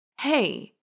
hey